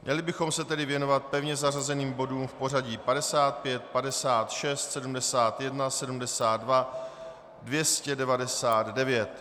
Měli bychom se tedy věnovat pevně zařazeným bodům v pořadí: 55, 56, 71, 72, 299.